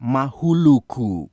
Mahuluku